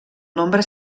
nombre